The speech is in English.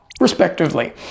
respectively